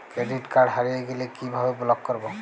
Credit card হারিয়ে গেলে কি ভাবে ব্লক করবো?